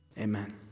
Amen